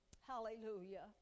Hallelujah